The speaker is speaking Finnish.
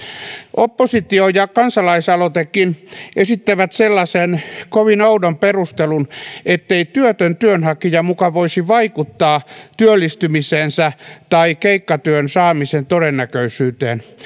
oppositio ja kansalaisaloitekin esittävät sellaisen kovin oudon perustelun ettei työtön työnhakija muka voisi vaikuttaa työllistymiseensä tai keikkatyön saamisen todennäköisyyteen